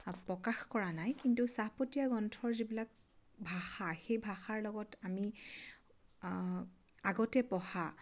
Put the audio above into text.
প্ৰকাশ কৰা নাই কিন্তু চাহপতীয়া গ্ৰন্থৰ যিবিলাক ভাষা সেই ভাষাৰ লগত আমি আ আগতে পঢ়া